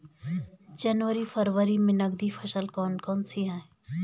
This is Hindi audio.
जनवरी फरवरी में नकदी फसल कौनसी है?